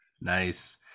Nice